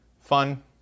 fun